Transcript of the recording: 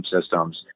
systems